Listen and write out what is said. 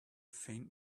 faint